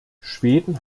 schweden